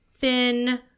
thin